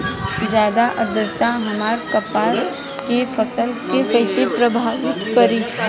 ज्यादा आद्रता हमार कपास के फसल कि कइसे प्रभावित करी?